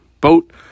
boat